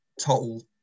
total